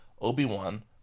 Obi-Wan